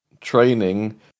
training